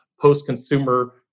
post-consumer